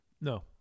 No